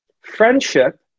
Friendship